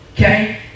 Okay